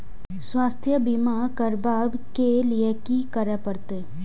स्वास्थ्य बीमा करबाब के लीये की करै परतै?